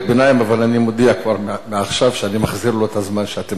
אבל אני כבר מודיע שאני מחזיר לו את הזמן שאתם גוזלים ממנו.